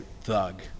thug